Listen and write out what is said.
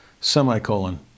Semicolon